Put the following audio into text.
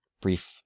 brief